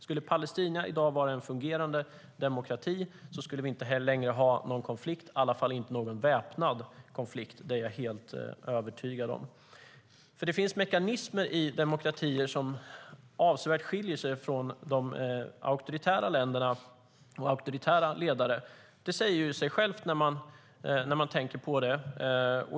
Skulle Palestina i dag vara en fungerande demokrati skulle vi inte längre ha någon konflikt, i alla fall inte någon väpnad konflikt - det är jag helt övertygad om. Det finns mekanismer i demokratier som avsevärt skiljer sig från auktoritära länder och auktoritära ledare. Det säger sig självt, när man tänker på det.